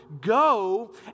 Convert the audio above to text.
go